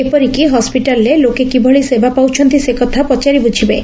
ଏପରିକି ହସିଟାଲ୍ରେ ଲୋକେ କିଭଳି ସେବା ପାଉଛନ୍ତି ସେକଥା ପଚାରି ବୃଝିବେ